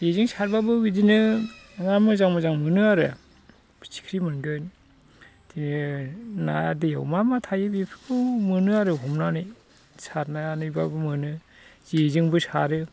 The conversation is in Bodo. जेजों सारबाबो बिदिनो ना मोजां मोजां मोनो आरो फिथिख्रि मोनगोन ना दैयाव मा मा थायो बेफोरखौ मोनो आरो हमनानै सारनानैबाबो मोनो जेजोंबो सारो